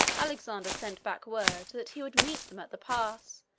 alexander sent back word that he would meet them at the pass,